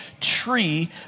tree